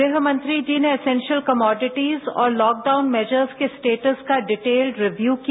गृह मंत्री जी ने इसेन्शल कमोडिटिज और लॉकडाउन मैजर्स के स्टेटस का डिटेल्ड रिव्यू किया